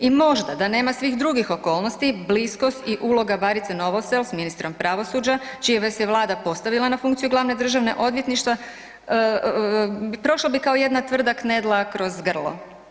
I možda da nema svih drugih okolnosti, bliskost i uloga Barce Novosel s ministrom pravosuđa čija vas je Vlada postavila na funkciju glavne državne odvjetništva prošla bi kao jedna tvrda knedla kroz grlo.